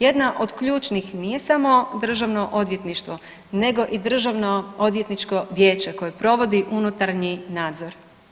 Jedna od ključnih nije samo državno odvjetništvo nego i Državno odvjetničko vijeće koje provodi unutarnji nadzor.